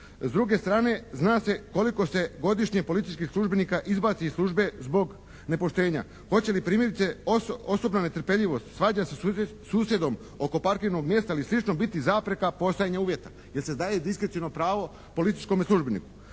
S druge strane zna se koliko se godišnje policijskih službenika izbaci iz službe zbog nepoštenja. Hoće li primjerice osobna netrpeljivost, svađa sa susjedom oko parkirnog mjesta ili slično biti zapreka postojanju uvjeta? Jer se daje diskreciono pravo policijskome službeniku.